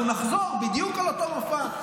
אנחנו נחזור על אותו מופע בדיוק.